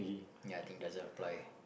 ya I think it doesn't apply